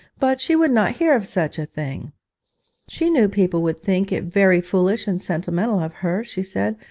but she would not hear of such a thing she knew people would think it very foolish and sentimental of her, she said,